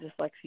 dyslexia